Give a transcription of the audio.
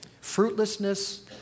Fruitlessness